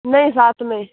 नहीं साथ में